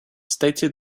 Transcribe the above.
stated